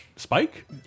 Spike